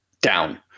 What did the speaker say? down